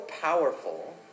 powerful